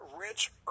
rich